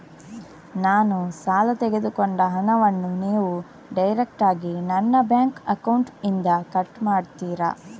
ನಾನು ಸಾಲ ತೆಗೆದುಕೊಂಡ ಹಣವನ್ನು ನೀವು ಡೈರೆಕ್ಟಾಗಿ ನನ್ನ ಬ್ಯಾಂಕ್ ಅಕೌಂಟ್ ಇಂದ ಕಟ್ ಮಾಡ್ತೀರಾ?